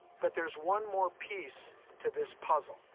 but there's one more piece to this puzzle,